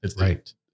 right